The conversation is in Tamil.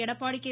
எடப்பாடி கே